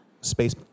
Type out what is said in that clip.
Space